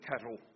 cattle